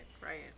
right